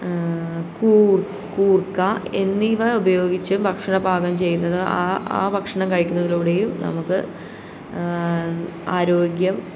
കൂർ കൂർക്ക എന്നിവ ഉപയോഗിച്ചും ഭക്ഷണ പാകം ചെയ്യുന്നത് ആ ആ ഭക്ഷണം കഴിക്കുന്നതിലൂടെയും നമുക്ക് ആരോഗ്യം